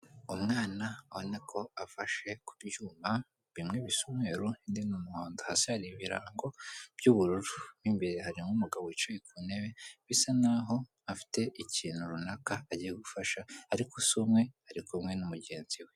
Umwana ako afashe ku byuma bimwe bisa umweru ibindi n,umuhondo hasi hari ibirango by'ubururu n'imbere harimo umugabo wicaye ku ntebe bisa naho afite ikintu runaka agiye gufasha ariko si umwe ari kumwe na mugenzi we.